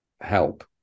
help